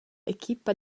equipa